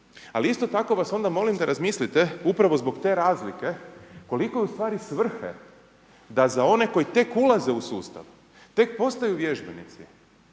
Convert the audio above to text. Ali isto tako vas onda molim da razmislite upravo zbog te razlike, koliko je ustvari svrha da za one koji tek ulaze u sustav, tek postaju vježbenici,